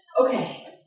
Okay